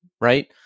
right